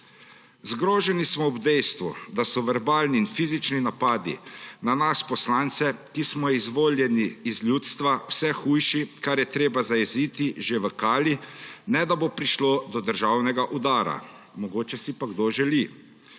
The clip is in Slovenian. Zgroženi smo ob dejstvu, da so verbalni in fizični napadi na nas poslance, ki smo izvoljeni iz ljudstva, vse hujši, kar je treba zajeziti že v kali, ne da bo prišlo do državnega udara. Mogoče si pa kdo želi.